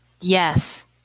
Yes